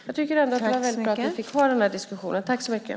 Jag tycker att det var bra att vi kunde ha den här debatten.